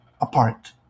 apart